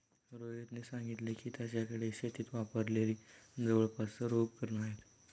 रोहितने सांगितले की, त्याच्याकडे शेतीत वापरलेली जवळपास सर्व उपकरणे आहेत